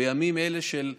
בימים אלה של,